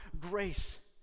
grace